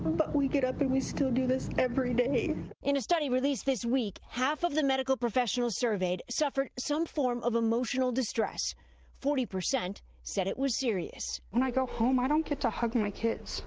but we get up and we still do this every day. reporter in a study released this week, half of the medical professionals surveyed suffered some form of emotional distress forty percent said it was serious. when i go home, i don't get to hug my kids